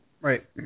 Right